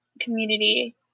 community